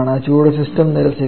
ചൂട് സിസ്റ്റം നിരസിക്കുന്നു